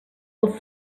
els